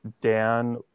Dan